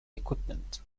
equipment